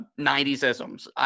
90s-isms